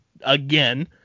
again